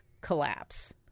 collapse